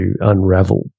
unravel